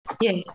Yes